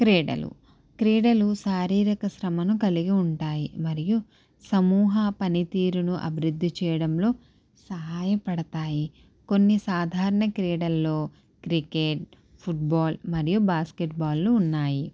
క్రీడలు క్రీడలు శారీరిక శ్రమను కలిగి ఉంటాయి మరియు సమూహ పనితీరును అభివృద్ధి చేయడంలో సహాయపడతాయి కొన్ని సాధారణ క్రీడల్లో క్రికెట్ ఫుట్బాల్ మరియు బాస్కెట్ బాల్లు ఉన్నాయి